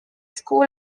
school